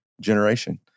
generation